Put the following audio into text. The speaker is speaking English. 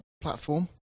platform